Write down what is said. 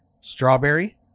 strawberry